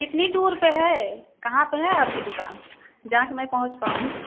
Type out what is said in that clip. कितनी दूर पर है कहाँ पर है आपकी दुकान जहाँ कि मैं पहुँच पाऊँ